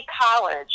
college